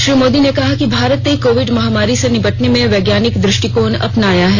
श्री मोदी ने कहा कि भारत ने कोविड महामारी से निपटने में वैज्ञानिक द्रष्टिकोण अपनाया है